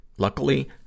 Luckily